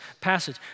passage